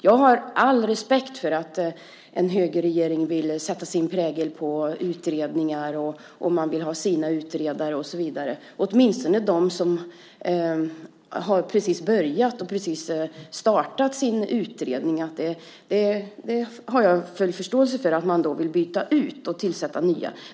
Jag har all respekt för att en högerregering vill sätta sin prägel på utredningar, att man vill ha sina egna utredare och så vidare. Jag har full förståelse för att man vill byta ut och tillsätta nya utredare i de utredningar som precis har startat.